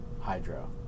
hydro